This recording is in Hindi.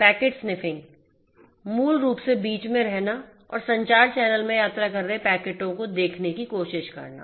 पैकेट sniffing मूल रूप से बीच में रहना और संचार चैनल में यात्रा कर रहे पैकेट को देखने की कोशिश करना